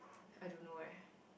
I don't know eh